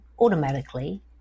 automatically